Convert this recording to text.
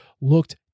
looked